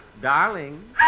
Darling